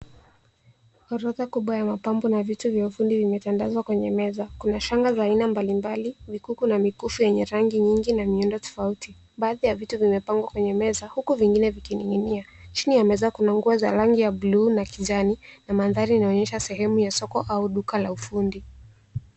Orodha kubwa ya mapambo na vitu vya ufundi vimetandazwa kwenye meza. Kuna shanga za aina mbalimbali, mikuki na mikufu yenye rangi nyingi na miundo tofauti. Baadhi ya vitu vimepangwa kwenye meza huku vingine zikining'inia. Chini ya meza kuna nguo za rangi ya blue na kijani, na mandhari inaonyesha sehemu ya soko au duka la ufundi.